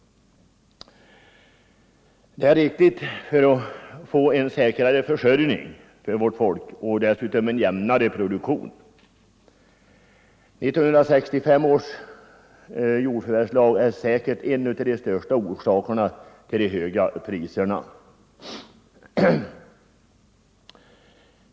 Detta är viktigt för att vårt folk skall ges en säkrare försörjning och för att vi dessutom skall få en jämnare produktion. 1965 års jordförvärvslag är säkert en av orsakerna till de höga priserna på jordoch skogsmark.